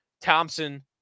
Thompson